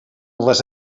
les